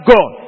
God